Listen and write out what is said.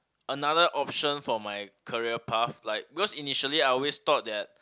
another option for my career path like because initially I always thought that